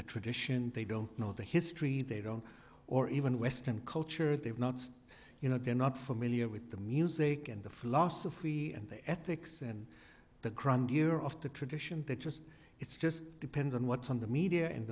the tradition they don't know the history they don't or even western culture they've not you know they're not familiar with the music and the philosophy and the ethics and the grandeur of the tradition that just it's just depends on what's on the media and